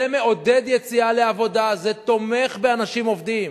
זה מעודד יציאה לעבודה, זה תומך באנשים עובדים.